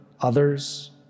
others